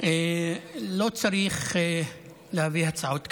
לא צריך להביא הצעות כאלה.